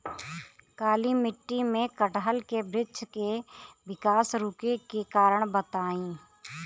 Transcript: काली मिट्टी में कटहल के बृच्छ के विकास रुके के कारण बताई?